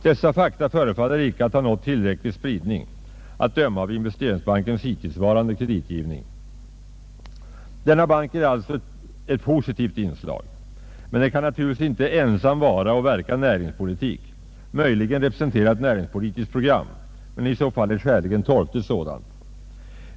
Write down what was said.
Dessa fakta förefaller icke ha nått tillräcklig spridning, att döma av Investeringsbankens hittillsvarande kreditgivning. Denna bank är alltså ett positivt inslag, men den kan naturligtvis inte ensam vara och verka näringspolitik, möjligen representera ett näringspolitiskt program, men i så fall ett skäligen torftigt sådant.